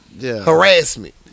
harassment